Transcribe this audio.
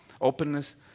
openness